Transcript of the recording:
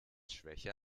schwäche